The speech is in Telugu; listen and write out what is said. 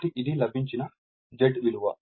కాబట్టి ఇది లభించిన Z విలువ